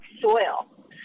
soil